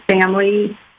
family